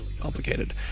complicated